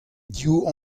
div